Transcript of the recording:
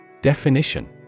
Definition